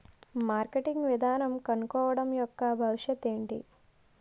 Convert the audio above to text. Marketing విధానం కనుక్కోవడం యెక్క భవిష్యత్ ఏంటి?